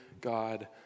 God